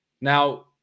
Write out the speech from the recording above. Now